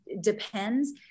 depends